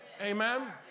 Amen